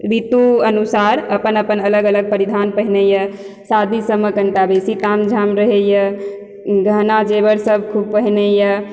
ऋतु अनुसार अपन अपन अलग अलग परिधान पहिरैया शादी सबमे कनिटा बेसी ताम झाम रहैया गहना जेवर सब खूब पहिरैया